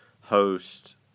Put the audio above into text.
host